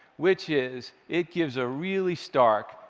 which is it gives a really stark,